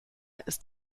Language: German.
ist